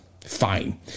Fine